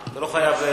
אתה לא חייב.